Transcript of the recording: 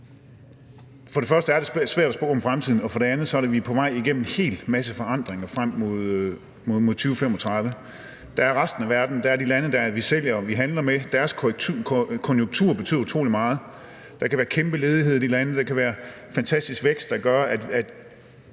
For det første er det svært at spå om fremtiden, og for det andet er vi på vej igennem en hel masse forandringer frem mod 2035. Der er resten af verden, og der er de lande, vi sælger til og handler med, og deres konjunkturer betyder utrolig meget. Der kan være kæmpe ledighed i de lande, og der kan være en fantastisk vækst, der gør, at